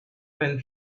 when